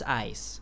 eyes